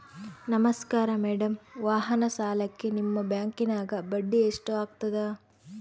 ನಮಸ್ಕಾರ ಮೇಡಂ ವಾಹನ ಸಾಲಕ್ಕೆ ನಿಮ್ಮ ಬ್ಯಾಂಕಿನ್ಯಾಗ ಬಡ್ಡಿ ಎಷ್ಟು ಆಗ್ತದ?